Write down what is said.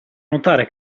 notare